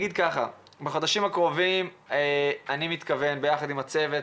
בחודשים הקרובים אני מתכוון יחד עם הצוות